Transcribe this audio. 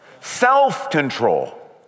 Self-control